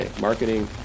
Marketing